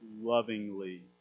lovingly